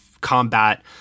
combat